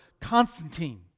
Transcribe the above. Constantine